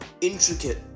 intricate